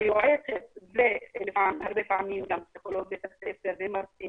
והיועצת והרבה פעמים גם פסיכולוג בית הספר ומרצים